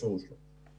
בפירוש לא.